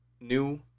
new